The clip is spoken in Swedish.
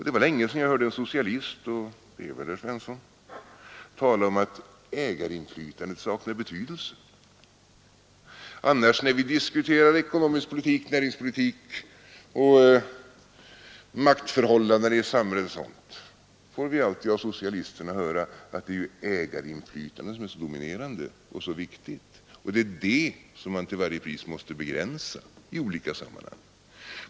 Det var länge sedan jag hörde en socialist — och det är väl herr Svensson i Eskilstuna — tala om att ägarinflytandet saknar betydelse. Annars när vi diskuterar ekonomisk politik, näringspolitik, maktförhållandena i samhället och sådant får vi alltid av socialisterna höra att det är ju ägarinflytandet som är så dominerande och så viktigt, och det är det som man till varje pris måste begränsa i olika sammanhang.